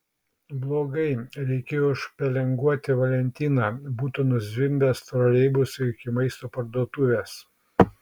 blogai reikėjo užpelenguoti valentiną būtų nuzvimbęs troleibusu iki maisto parduotuvės